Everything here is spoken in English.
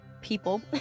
people